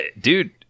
Dude